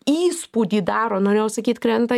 įspūdį daro norėjau sakyt krenta